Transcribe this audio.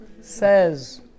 says